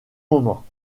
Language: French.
moment